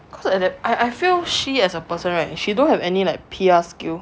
cause like that I I feel she as a person right she don't have any like P_R skills